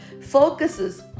focuses